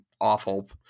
awful